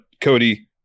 Cody